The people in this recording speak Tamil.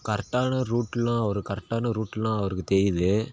கரெக்டான ரூட்டுலாம் அவர் கரெக்டான ரூட்டுலாம் அவருக்கு தெரியுது